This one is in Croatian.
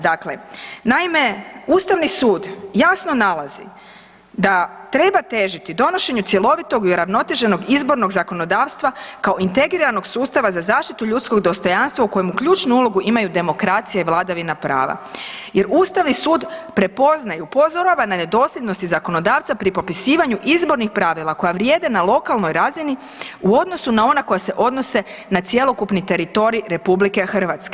Dakle, naime, Ustavni sud jasno nalazi da treba težiti donošenju cjelovitog i uravnoteženog izbornog zakonodavstva kao integriranog sustava za zaštitu ljudskog dostojanstva u kojem ključnu ulogu imaju demokracija i vladavina prava jer Ustavni sud prepoznaje i upozorava na nedosljednosti zakonodavca pri popisivanju izbornih pravila koja vrijede na lokalnoj razini u odnosu na ona koja se odnose na cjelokupni teritorij RH.